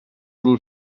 will